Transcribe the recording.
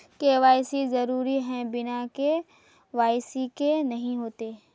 KYC जरुरी है बिना के.वाई.सी के नहीं होते?